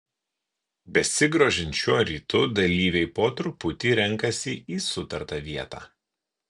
besigrožint šiuo rytu dalyviai po truputį renkasi į sutartą vietą